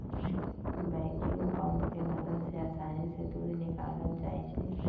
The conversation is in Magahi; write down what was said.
वैक्यूम पंप के मदद से आसानी से दूध निकाकलल जाइ छै